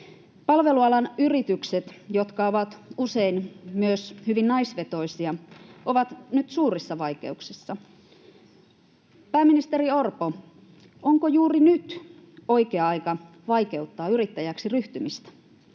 Palvelualan yritykset, jotka ovat usein myös hyvin naisvetoisia, ovat nyt suurissa vaikeuksissa. Pääministeri Orpo, onko juuri nyt oikea aika vaikeuttaa yrittäjäksi ryhtymistä?